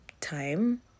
time